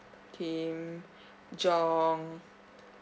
kim jong